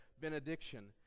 benediction